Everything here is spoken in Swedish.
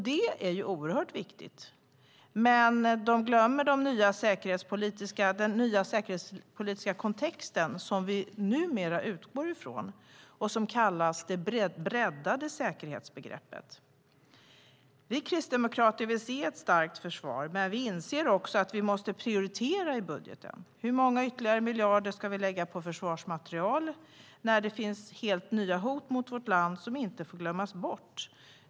Det är oerhört viktigt, men de glömmer den nya säkerhetspolitiska kontexten som vi numera utgår från och som kallas det breddade säkerhetsbegreppet. Vi kristdemokrater vill se ett starkt försvar, men vi inser också att vi måste prioritera i budgeten. Hur många ytterligare miljarder ska läggas på försvarsmateriel när det finns helt nya hot mot vårt land som inte får glömmas bort?